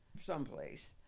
someplace